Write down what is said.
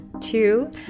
Two